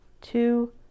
two